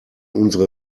unsere